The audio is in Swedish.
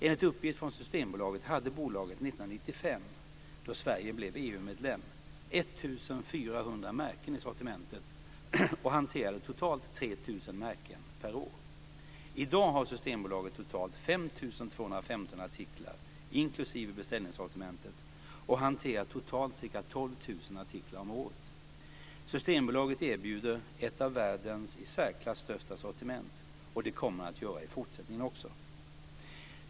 Enligt uppgift från Systembolaget hade bolaget 1995, då Sverige blev EU-medlem, artiklar inklusive beställningssortimentet och hanterar totalt ca 12 000 artiklar om året. Systembolaget erbjuder ett av världens i särklass största sortiment, och det kommer man att göra i fortsättningen också.